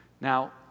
Now